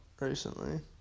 recently